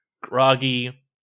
groggy